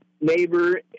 neighbor